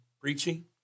preaching